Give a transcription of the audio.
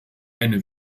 eine